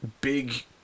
big